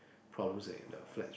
problems is in their flat